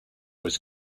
was